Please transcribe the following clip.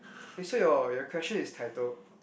wait so your your question is titled